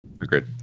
Agreed